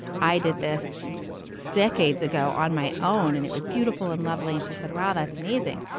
i did this decades ago on my own and it was beautiful and lovely. and she said, wow, that's amazing.